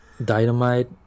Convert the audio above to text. Dynamite